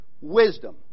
wisdom